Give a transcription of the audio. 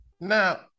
Now